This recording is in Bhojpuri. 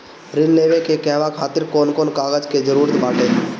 ऋण लेने के कहवा खातिर कौन कोन कागज के जररूत बाटे?